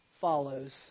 follows